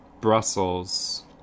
Brussels